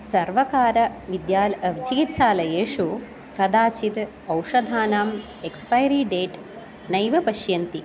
सर्वकारचिकित्सालयेषु विद्याल् कदाचित् औषधानाम् एक्स्पैरी डेट् नैव पश्यन्ति